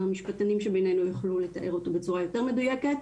המשפטנים שבינינו יוכלו לתאר אותו בצורה יותר מדויקת.